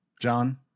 john